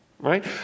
Right